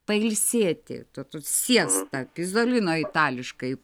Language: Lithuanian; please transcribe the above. pailsėti to to siesta pizolino itališkai